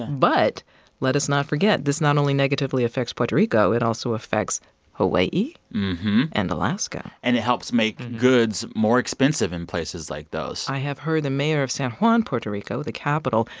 but let us not forget, this not only negatively affects puerto rico. it also affects hawaii and alaska and it helps make goods more expensive in places like those i have heard the mayor of san juan, puerto rico, the capital,